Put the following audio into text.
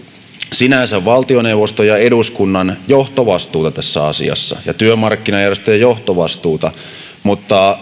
sinänsä valtioneuvoston ja eduskunnan johtovastuuta tässä asiassa ja työmarkkinajärjestöjen johtovastuuta mutta